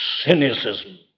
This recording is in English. Cynicism